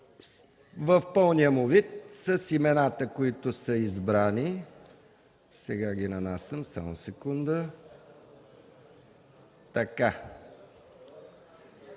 в пълния му вид с имената, които са избрани, сега ги нанасям. В случая ще